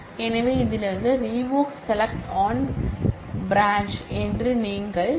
எனவே இதிலிருந்து REVOKE SELECT ON கிளை என்று நீங்கள் கூறலாம்